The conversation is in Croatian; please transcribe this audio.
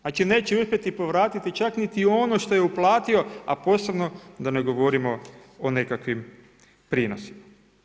Znači, neće uspjeti povratiti čak niti ono što je uplatio, a posebno da ne govorimo o nekakvim prinosima.